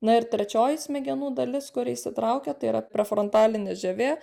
na ir trečioji smegenų dalis kuri įsitraukia tai yra prefrontalinė žievė